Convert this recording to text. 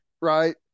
right